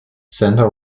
center